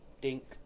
Dink